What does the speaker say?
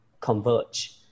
converge